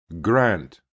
Grant